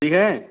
pin है